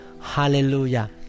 Hallelujah